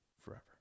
forever